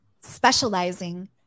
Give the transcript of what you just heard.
specializing